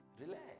Relax